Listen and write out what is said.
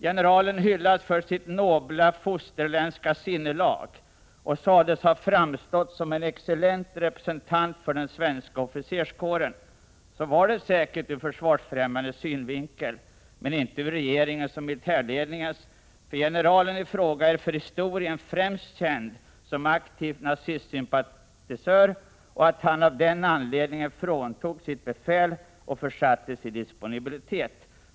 Generalen hyllas för sitt nobla fosterländska sinnelag och sägs ha framstått som en excellent representant för den svenska officerskåren. Så var det säkert ur Försvarsfrämjandets synvinkel, men inte ur regeringens och militärledningens, för generalen i fråga är för historien främst känd som aktiv nazistsympatisör och för att han av den anledningen fråntogs sitt befäl och försattes i disponibilitet.